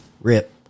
Rip